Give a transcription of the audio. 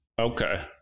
Okay